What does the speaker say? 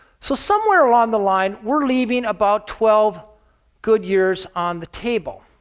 so somewhere along the line, we're leaving about twelve good years on the table.